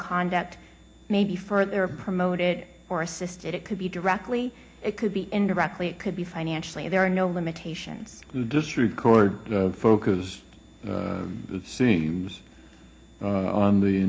conduct may be further promoted or assisted it could be directly it could be indirectly it could be financially there are no limitations to district court focus seems on the